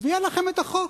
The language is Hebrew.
ויהיה לכם החוק.